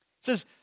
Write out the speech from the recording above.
Says